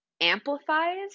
amplifies